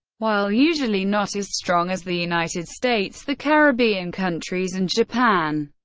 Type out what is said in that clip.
while usually not as strong as the united states, the caribbean countries and japan,